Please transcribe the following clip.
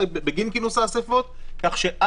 אם אצטרך